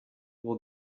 will